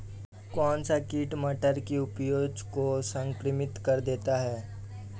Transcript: कौन सा कीट मटर की उपज को संक्रमित कर देता है?